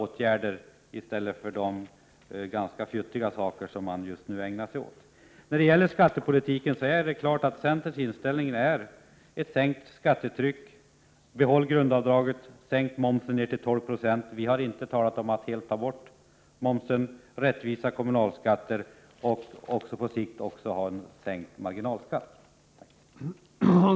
bom mr mr stället för de ganska futtiga insatser man vill göra. I fråga om skattepolitiken är centerns inställning att vi bör få en sänkning av skattetrycket genom att grundavdraget bibehålls, genom att momsen sänks till 12 90 — vi har inte talat om att helt slopa momsen —, genom att åstadkomma rättvisa kommunalskatter och på sikt genom att sänka marginalskatten.